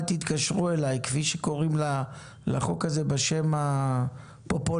תתקשרו אליי" כפי שקוראים לחוק הזה בשם הפופולארי,